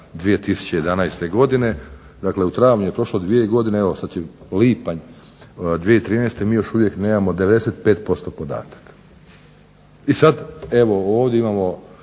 2011. godine, dakle u travnju je prošlo dvije godine, evo sad će lipanj 2013., mi još uvijek nemamo 95% podataka. I sad evo ovdje imamo